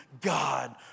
God